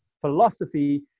philosophy